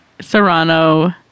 Serrano